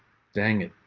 dang it.